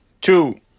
two